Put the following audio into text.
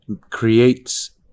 creates